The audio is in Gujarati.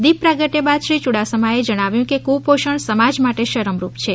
દીપ પ્રાગટય બાદ શ્રીયુડાસમાએ જણાવ્યું કે ક્રપોષણ સમાજ માટે શરમ રૂપ છે